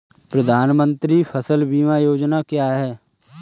प्रधानमंत्री फसल बीमा योजना क्या है?